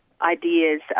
ideas